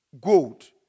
gold